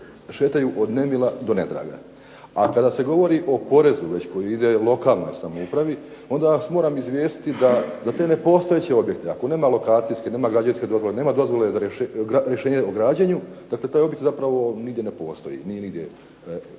šetaju od nemila no nedraga. A kada se govori o porezu već koji ide lokalnoj samoupravi, onda vas moram izvijestiti da te nepostojeće objekte, ako nema lokacijske, nema građevinske dozvole, nema rješenje o građenju, dakle taj objekt zapravo nigdje ne postoji, nije nigdje zapravo